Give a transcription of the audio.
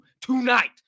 tonight